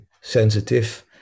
sensitive